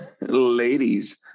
Ladies